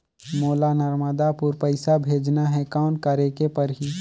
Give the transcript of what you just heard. मोला नर्मदापुर पइसा भेजना हैं, कौन करेके परही?